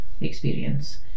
experience